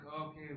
okay